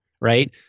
right